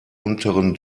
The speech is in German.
unteren